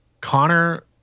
Connor